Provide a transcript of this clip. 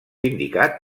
indicat